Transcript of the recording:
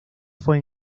fue